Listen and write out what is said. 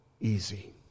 easy